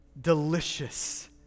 delicious